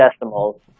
decimals